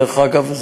דרך אגב,